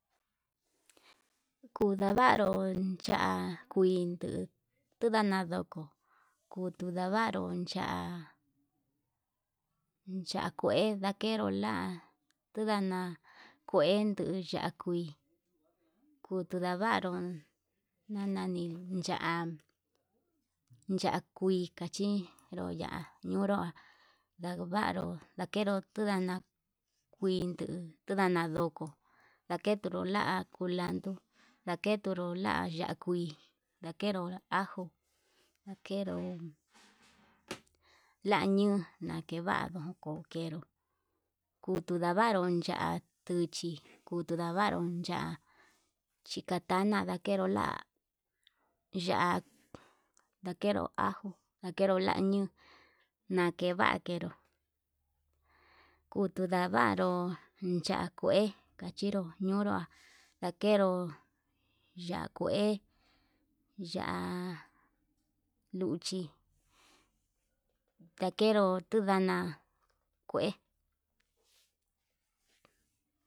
Kunavaru cha'a kuinduu tundana ndoko, kun ndvaru cha'a uun cha'a kue ndakenro la'a tundana kue tun ya'á kui kutu ndavaru uun nani ya'á ya'a kui kachenro ya'a nunrua ndakuvanru ndakenru tundana, kuinduu tundana ndoko ndaketuru la'a kulandu laketunru la'a ya'á kuii lakero ajo lakeró lañuu lakevanru ndukuu kenru kutuu ndavaru, ya'á kuchi kuu kutu ndavaru ya'á chicatana ndakero la'a ya'á lakenro ajo lakero la'a ñun nakeva kenró kutuu ndavaru ya'a kué cachinru ñonrua, ndakenro ya'á kué ya'á luchi ndakenru tuu lana kué.